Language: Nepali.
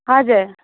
हजुर